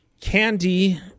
candy